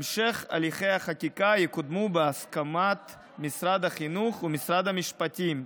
המשך הליכי החקיקה יקודמו בהסכמת משרד החינוך ומשרד המשפטים,